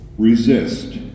Resist